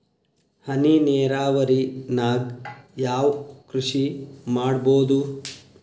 ಹನಿ ನೇರಾವರಿ ನಾಗ್ ಯಾವ್ ಕೃಷಿ ಮಾಡ್ಬೋದು?